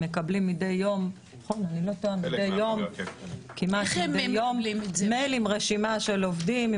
הם מקבלים אם אני לא טועה כמעט כל יום מייל עם רשימה של עובדים,